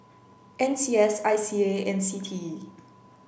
N C S I C A and C T E